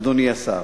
אדוני השר,